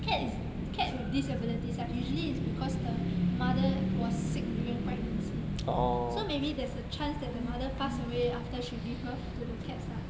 cat is cat with disabilities ah usually is because the mother was sick during pregnancy so maybe there's a chance that the mother pass away after she give birth to the cats lah